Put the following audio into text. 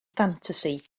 ffantasi